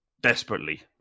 desperately